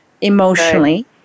emotionally